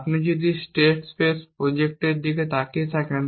আপনি যদি state space প্রজেক্টের দিকে তাকিয়ে থাকেন